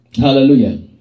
hallelujah